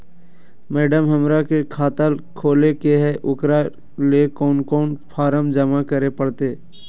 Madam, हमरा के खाता खोले के है उकरा ले कौन कौन फारम जमा करे परते?